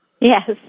Yes